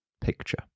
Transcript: picture